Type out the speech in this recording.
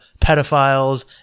pedophiles